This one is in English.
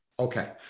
Okay